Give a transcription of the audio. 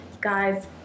Guys